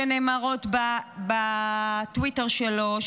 שנאמרות בטוויטר שלו,